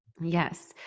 Yes